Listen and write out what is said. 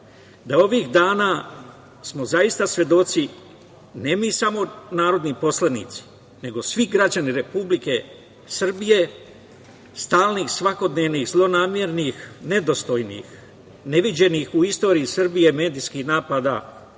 da ovih dana smo zaista svedoci, ne mi samo, narodni poslanici, nego svi građani Republike Srbije, stalnih, svakodnevnih, zlonamernih, nedostojnih, neviđenih u istoriji Srbije, medijskih napada